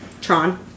Tron